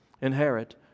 inherit